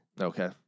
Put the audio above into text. Okay